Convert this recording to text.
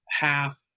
half